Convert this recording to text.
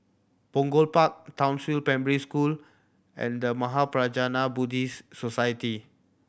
Punggol Park Townsville Primary School and The Mahaprajna Buddhist Society